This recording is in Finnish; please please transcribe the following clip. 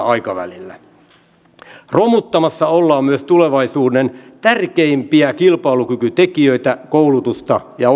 aikavälillä romuttamassa ollaan myös tulevaisuuden tärkeimpiä kilpailukykytekijöitä koulutusta ja